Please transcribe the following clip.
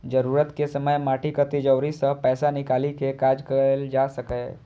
जरूरत के समय माटिक तिजौरी सं पैसा निकालि कें काज कैल जा सकैए